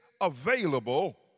available